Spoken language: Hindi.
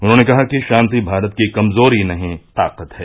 उन्होंने कहा कि शांति भारत की कमजोरी नहीं ताकत है